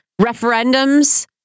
referendums